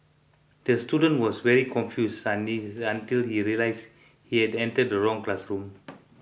the student was very confused until he realised he had entered the wrong classroom